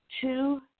two